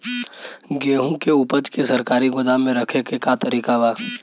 गेहूँ के ऊपज के सरकारी गोदाम मे रखे के का तरीका बा?